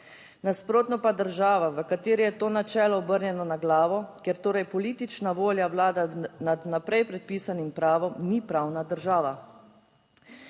nasprotno pa država, v kateri je to načelo obrnjeno na glavo, ker torej politična volja vlada nad vnaprej predpisanim pravom, ni pravna država,